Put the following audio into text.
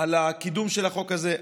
על הקידום של החוק הזה,